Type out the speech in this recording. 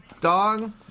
dog